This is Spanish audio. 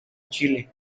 chile